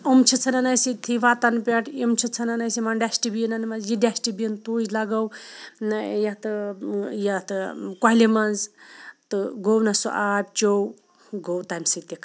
یِم چھِ ژھٕنان أسۍ ییٚتھٕے وَتَن پٮ۪ٹھ یِم چھِ ژھٕنان أسۍ یِمَن ڈَسٹہٕ بِنَن مَنٛز یہِ ڈَسٹہٕ بِن تُج لَگٲو یَتھ یَتھ کوٚلہِ مَنٛز تہٕ گوٚو نہ سُہ آب چیٚو گوٚو تمہِ سۭتۍ تہِ خَراب